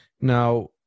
Now